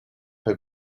per